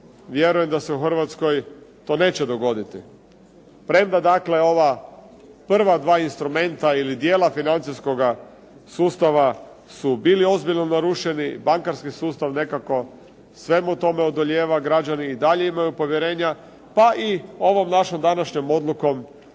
vjerujem da se u Hrvatskoj to neće dogoditi, premda dakle ova prva dva instrumenta ili dijela financijskoga sustava su bili ozbiljno narušeni, bankarski sustav nekako svemu tome odolijeva, građani i dalje imaju povjerenja, pa i ovom našom današnjom odlukom